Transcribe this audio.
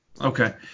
Okay